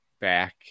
back